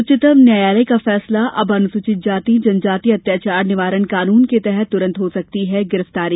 उच्चतम न्यायालय का फैसला अब अनुसूचित जाति जनजाति अत्याचार निवारण कानून के तहत तुरन्त हो सकती है गिरफ्तारी